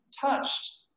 touched